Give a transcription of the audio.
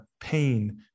pain